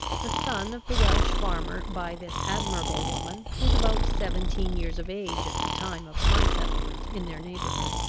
the son of the welch farmer by this admirable woman was about seventeen years of age at the time of my settlement in their neighbourhood.